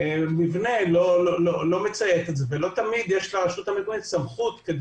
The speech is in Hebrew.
מבנה לא מציית ולא תמיד יש לרשות מקומית סמכות.